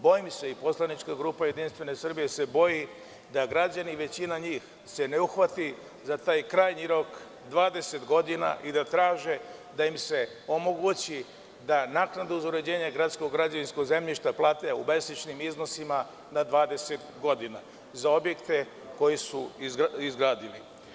Bojim se i poslanička grupa JS se boji, da se većina građana ne uhvati za taj krajnji rok, a to je 20 godina, i da traže da im se omogući da naknadu za uređenje gradskog građevinskog zemljišta plate u mesečnim iznosima na 20 godina za objekte koje su izgradili.